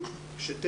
ההורים,